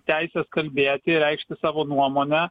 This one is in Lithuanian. teisės kalbėti ir reikšti savo nuomonę